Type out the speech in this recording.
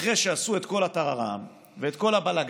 אחרי שעשו את כל הטררם ואת כל הבלגן,